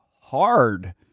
hard